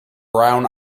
brown